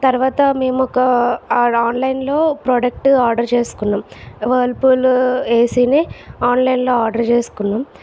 తర్వాత మేము ఒక ఆడ ఆన్లైన్ లో ప్రోడక్ట్ ఆర్డర్ చేసుకున్నాం వర్పూల్ ఏసీనే ఆర్డర్ చేసుకున్నాం